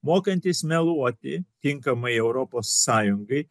mokantis meluoti tinkamai europos sąjungai